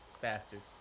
Bastards